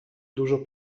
dużo